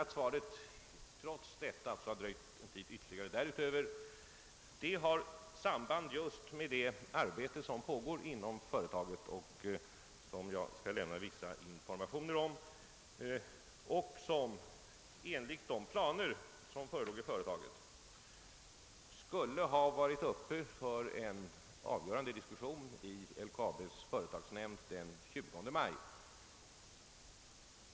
Att svaret trots detta har dröjt ytterligare en tid därutöver, har samband med det arbete som pågår inom företaget och som jag skall lämna vissa informationer om. Enligt de planer som förelåg inom företaget skulle frågan om det fortsatta arbetet att vidga företagsdemokratin i företaget ha varit uppe för en avgörande diskussion i LKAB:s företagsnämnd den 20 maj.